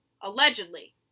Allegedly